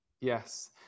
Yes